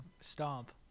Stomp